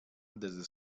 desde